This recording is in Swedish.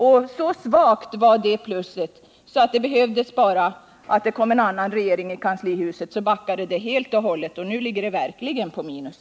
Och så svagt var det plusset att det behövdes bara att det kom en annan regering i kanslihuset, så backade det helt och hållet, och nu ligger Norrbotten verkligen på minus.